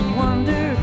wonder